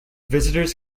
visitors